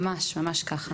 ממש ככה.